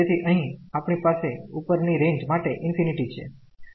તેથી અહિં આપણી પાસે ઉપર ની રેન્જ માટે ∞ છે